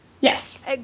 Yes